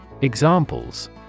Examples